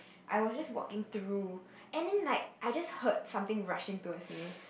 I was just walking through and then like I just heard something rushing towards me